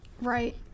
Right